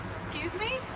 excuse me?